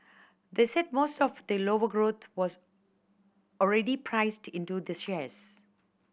they said most of the lower growth was already priced into the shares